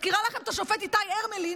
מזכירה לכם את השופט איתי הרמלין,